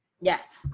Yes